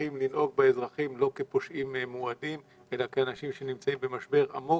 צריכים לנהוג באזרחים לא כפושעים מועדים אלא כאנשים שנמצאים במשבר עמוק.